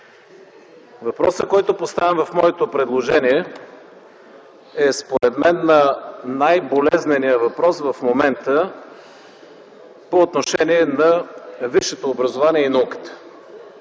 Въпросът, който поставям в моето предложение, според мен е най-болезненият въпрос в момента по отношение на висшето образование и науката.